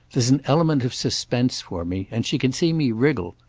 there's an element of suspense for me, and she can see me wriggle.